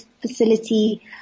facility